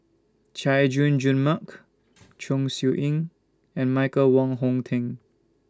Chay Jung Jun Mark Chong Siew Ying and Michael Wong Hong Teng